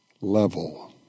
level